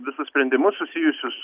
visus sprendimus susijusius